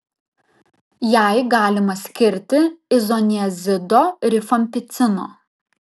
jai galima skirti izoniazido rifampicino